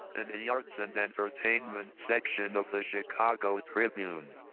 and the arts and entertainment section of the chicago tribune.